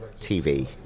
TV